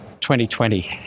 2020